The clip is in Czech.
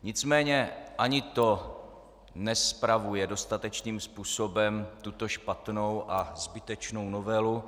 Nicméně ani to nespravuje dostatečným způsobem tuto špatnou a zbytečnou novelu.